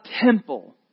temple